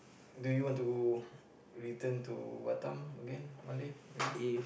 do you want to return to Batam again one day maybe